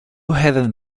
headed